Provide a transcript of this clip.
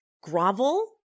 grovel